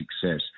success